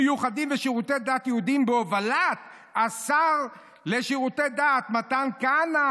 מיוחדים ושירותי דת יהודיים בהובלת השר לשירותי דת מתן כהנא,